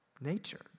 nature